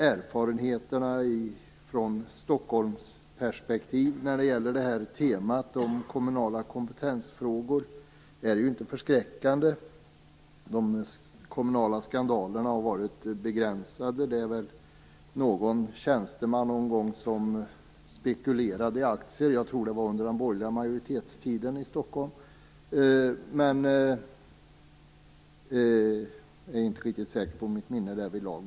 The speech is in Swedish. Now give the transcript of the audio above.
Erfarenheterna från Stockholmsperspektiv när det gäller temat kommunala kompetensfrågor är inte förskräckande. De kommunala skandalerna har varit begränsade. Det har väl varit någon tjänsteman som någon gång spekulerade i aktier. Jag tror att det var under den tid det var borgerlig majoritet i Stockholm, men jag är inte riktigt säker på mitt minne därvidlag.